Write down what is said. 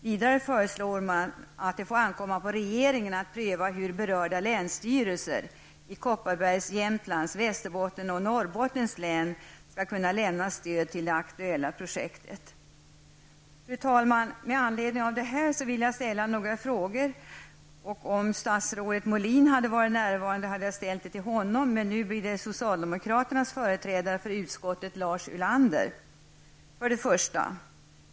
Vidare föreslår man att det får ankomma på regeringen att pröva hur berörda länsstyrelser -- i Kopparbergs, skall kunna lämna stöd till det aktuella projektet. Om statsrådet Molin hade varit närvarande hade jag ställt dem till honom, men nu vänder jag mig till socialdemokraternas företrädare för utskottet, 1.